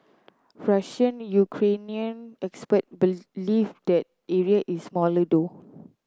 Russian Ukrainian expert believe the area is smaller though